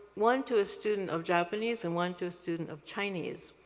one to a student of japanese and one to a student of chinese.